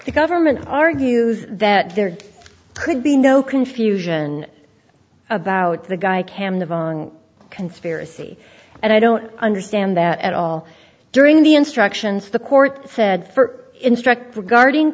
the government argues that there could be no confusion about the guy can live on conspiracy and i don't understand that at all during the instructions the court said for instruct regarding